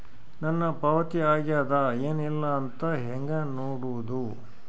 ನನ್ನ ಪಾವತಿ ಆಗ್ಯಾದ ಏನ್ ಇಲ್ಲ ಅಂತ ಹೆಂಗ ನೋಡುದು?